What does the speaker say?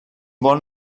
bon